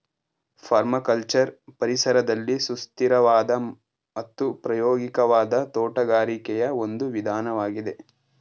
permaculture ಪರಿಸರದಲ್ಲಿ ಸುಸ್ಥಿರವಾದ ಮತ್ತು ಪ್ರಾಯೋಗಿಕವಾದ ತೋಟಗಾರಿಕೆಯ ಒಂದು ವಿಧಾನವಾಗಿದೆ